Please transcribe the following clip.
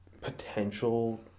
potential